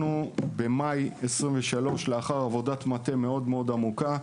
במאי 2023, לאחר עבודת מטה מאוד מאוד עמוקה,